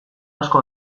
asko